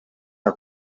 are